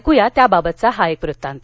ऐकू या त्याबाबतचा हा वृत्तांत